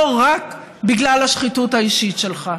לא רק בגלל השחיתות האישית שלך.